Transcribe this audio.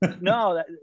No